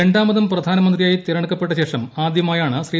രണ്ടാമതും പ്രധാന മന്ത്രിയായി തെരഞ്ഞെടുക്കപ്പെട്ടശേഷ്ടം ആദ്യമായാണ് ശ്രീ